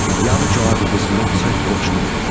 the other driver was not so fortunate.